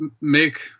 make